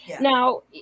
Now